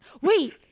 Wait